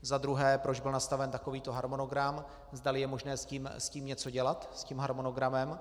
Za druhé proč byl nastaven takovýto harmonogram, zdali je možné s tím něco dělat, s tím harmonogramem.